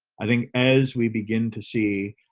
i think as we begin to see